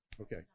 okay